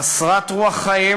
חסרת רוח חיים,